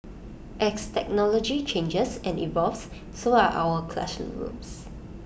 as technology changes and evolves so are our classrooms